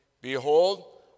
Behold